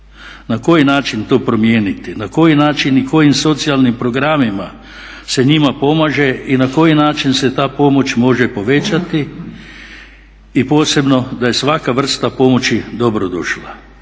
Na koji način to promijeniti? Na koji način i kojim socijalnim programima se njima pomaže i na koji način se ta pomoć može povećati? I posebno, da je svaka vrsta pomoći dobro došla.